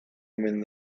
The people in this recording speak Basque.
omen